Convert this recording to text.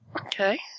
Okay